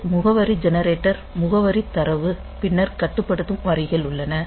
இது முகவரி ஜெனரேட்டர் முகவரித் தரவு பின்னர் கட்டுப்படுத்தும் வரிகள் உள்ளன